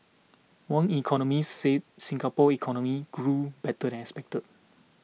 one economist said Singapore's economy grew better than expected